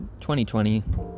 2020